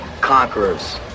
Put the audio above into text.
Conquerors